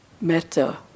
metta